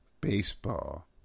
Baseball